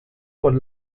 von